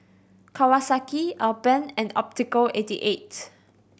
Kawasaki Alpen and Optical eighty eight